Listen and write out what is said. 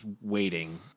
Waiting